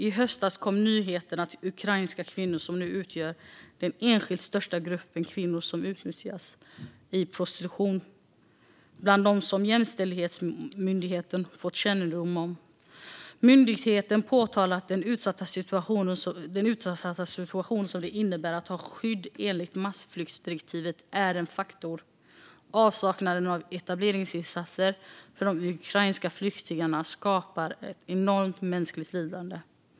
I höstas kom nyheten att ukrainska kvinnor nu utgör den enskilt största grupp kvinnor som utnyttjas i prostitution bland dem som Jämställdhetsmyndigheten fått kännedom om. Myndigheten påtalar att den utsatta situation som det innebär att ha skydd enligt massflyktsdirektivet är en faktor. Avsaknaden av etableringsinsatser för de ukrainska flyktingarna skapar ett enormt mänskligt lidande.